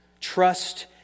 Trust